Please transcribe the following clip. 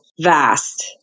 vast